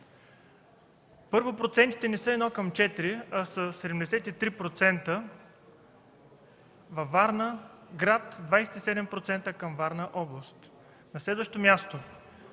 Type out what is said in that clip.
Първо, процентите не са 1 към 4, а са 73% във Варна град, 27% – Варна област. На следващо място,